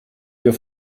wir